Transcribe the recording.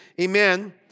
amen